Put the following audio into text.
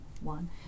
one